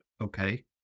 Okay